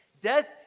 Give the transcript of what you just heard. Death